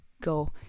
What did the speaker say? go